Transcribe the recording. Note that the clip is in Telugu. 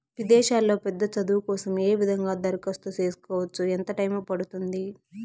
విదేశాల్లో పెద్ద చదువు కోసం ఏ విధంగా దరఖాస్తు సేసుకోవచ్చు? ఎంత టైము పడుతుంది?